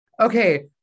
Okay